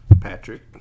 Patrick